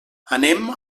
anem